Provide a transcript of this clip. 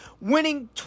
winning